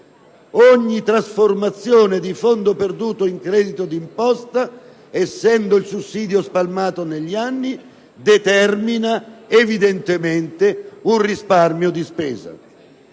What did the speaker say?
Ogni trasformazione di fondo perduto in credito d'imposta, essendo il sussidio spalmato negli anni, determina evidentemente un risparmio di spesa.